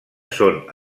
són